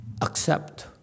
accept